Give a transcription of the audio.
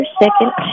second